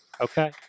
okay